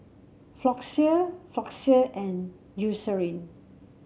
Floxia Floxia and Eucerin